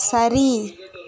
சரி